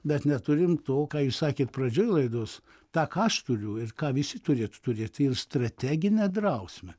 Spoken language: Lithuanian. bet neturim to ką jūs sakėt pradžioj laidos tą ką aš turiu ir ką visi turi turėt ir strateginę drausmę